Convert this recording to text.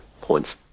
points